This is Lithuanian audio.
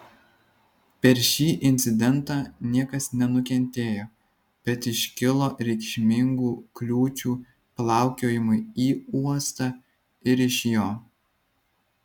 per šį incidentą niekas nenukentėjo bet iškilo reikšmingų kliūčių plaukiojimui į uostą ir iš jo